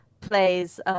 plays